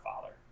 father